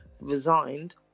resigned